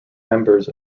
members